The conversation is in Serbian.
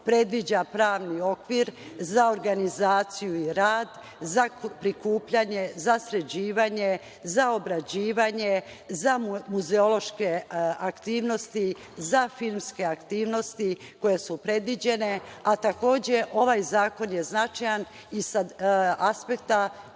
predviđa pravni okvir za organizaciju i rad, za prikupljanje, za sređivanje, za obrađivanje, za muzeološke aktivnosti, za filmske aktivnosti koje su predviđene, a takođe, ovaj zakon je značajan i sa aspekta